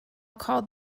called